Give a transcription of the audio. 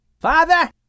Father